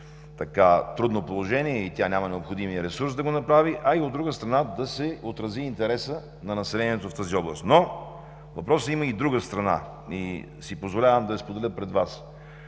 по-трудно положение и тя няма необходимия ресурс да го направи, а и, от друга страна, да се отрази интересът на населението в тази област. Но въпросът има и друга страна и си позволявам да я споделя пред Вас.